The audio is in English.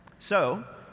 so,